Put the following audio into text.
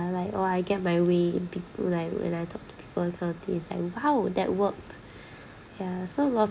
I like oh I get my way in peop~ when I when I talk to people that kind of things like !wow! that worked yeah so lo~